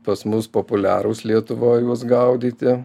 pas mus populiarūs lietuvoj juos gaudyti